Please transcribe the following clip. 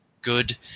good